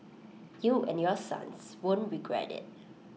you and your sons won't regret IT